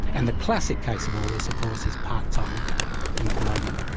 and the classic case of all this of course is part-time employment.